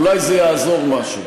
אולי זה יעזור במשהו,